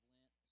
Lent